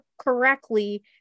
correctly